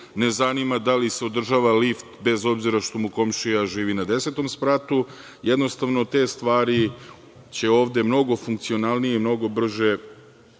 ne zanima da li se održava lift bez obzira što mu komšija živi na desetom spratu. Jednostavno te stvari će ovde mnogo funkcionalnije i mnogo brže